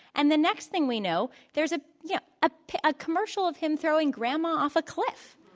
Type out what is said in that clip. and the next thing we know, there's ah yeah ah a commercial of him throwing grandma off a cliff.